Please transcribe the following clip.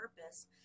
purpose